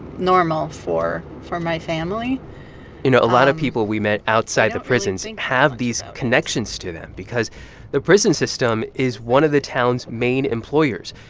normal for for my family you know, a lot of people we met outside the prisons and have these connections to them because the prison system is one of the town's main employers.